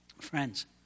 Friends